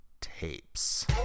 Tapes